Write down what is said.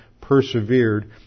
persevered